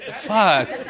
fuck.